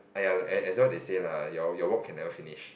!aiya! like as what they say lah your your work can never finish